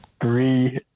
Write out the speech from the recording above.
three